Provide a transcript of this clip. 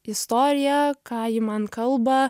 istoriją ką ji man kalba